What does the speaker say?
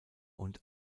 und